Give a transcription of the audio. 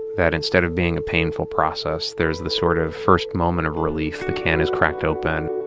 that instead of being a painful process, there's the sort of first moment of relief. the can is cracked open,